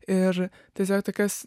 ir tiesiog tokias